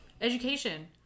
Education